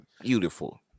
beautiful